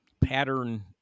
pattern